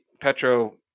Petro